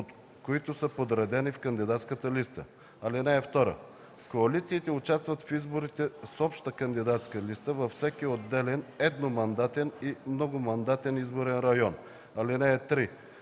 под които са подредени в кандидатската листа. (2) Коалициите участват в изборите с обща кандидатска листа във всеки отделен едномандатен и многомандатен изборен район. (3)